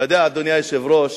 אתה יודע, אדוני היושב-ראש,